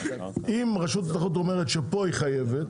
אם רשות התחרות אומרת שפה היא חייבת,